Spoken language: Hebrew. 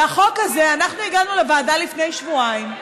והחוק הזה, אנחנו הגענו לוועדה לפני שבועיים,